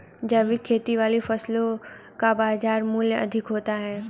जैविक खेती वाली फसलों का बाजार मूल्य अधिक होता है